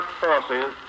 forces